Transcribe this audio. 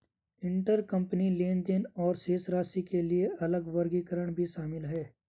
intercompany लेनदेन और शेष राशि के लिए अलग वर्गीकरण भी शामिल हैं